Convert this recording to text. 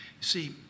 See